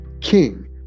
King